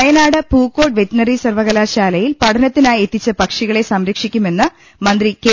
Wayanad Pookode veterinary സർവ്വകലാശാലയിൽ പഠനത്തിനായി എത്തിച്ച പക്ഷികളെ സംരക്ഷിക്കുമെന്ന് മന്ത്രി കെ